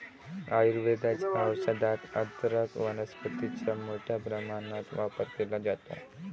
आयुर्वेदाच्या औषधात अदरक वनस्पतीचा मोठ्या प्रमाणात वापर केला जातो